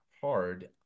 hard